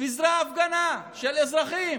פיזרה הפגנה של אזרחים,